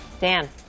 dan